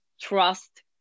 trust